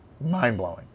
Mind-blowing